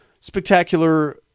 Spectacular